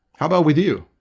about with you?